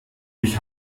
ich